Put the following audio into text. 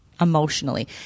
emotionally